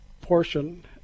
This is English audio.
portion